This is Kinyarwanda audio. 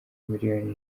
miliyoni